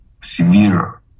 severe